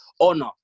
honor